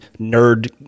nerd